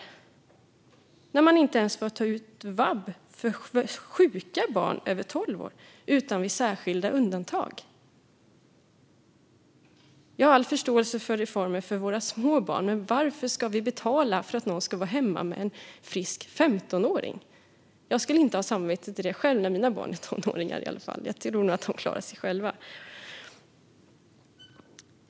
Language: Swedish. I dag får man inte ens ta ut vab för sjuka barn över 12 år utom vid särskilda undantag. Jag har all förståelse för reformer som gäller våra små barn. Men varför ska vi betala för att någon ska vara hemma med en frisk femtonåring? Jag skulle inte ha samvete att göra det själv när mina barn är tonåringar. Jag tror nog att de klarar sig själva.